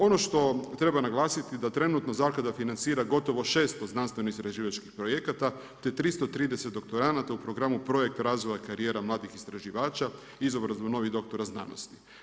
Ono što treba naglasiti da trenutno zaklada financira gotovo 600 znanstveno istraživačkih projekata te 330 doktoranata u programu Projekt razvoja karijera mladih istraživača, izobrazba novih doktora znanosti.